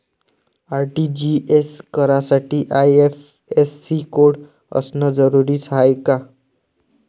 RTGS करासाठी IFSC code असनं जरुरीच हाय का?